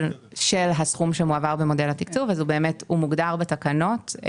הסכום שמועבר במודל התקצוב מוגדר בתקנות.